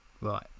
Right